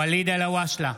אלהואשלה,